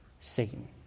Satan